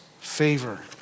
favor